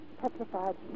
Petrified